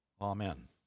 Amen